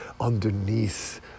underneath